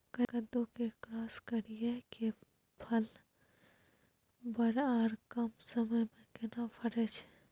कद्दू के क्रॉस करिये के फल बर आर कम समय में केना फरय छै?